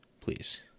please